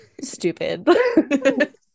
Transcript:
stupid